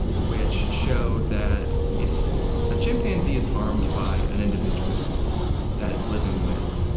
which showed that if a chimpanzee is harmed by an individual that it's living with,